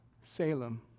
Salem